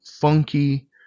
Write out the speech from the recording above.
funky